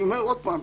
אני אומר עוד פעם,